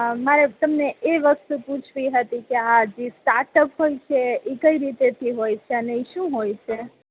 મારે તમને એ વસ્તુ પૂછવી હતી કે આ જે સ્ટાર્ટ અપ હોય છે ઈ કઈ રીતે થી હોય છે અને ઈ શું હોય છે